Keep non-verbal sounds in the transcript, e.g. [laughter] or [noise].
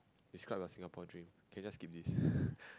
describe your Singapore dream can we just skip this [laughs]